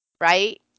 right